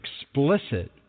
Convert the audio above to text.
explicit